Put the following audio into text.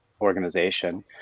organization